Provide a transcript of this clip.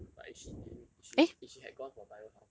but if she didn't if she if she had gone for bio how